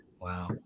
Wow